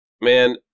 man